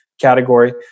Category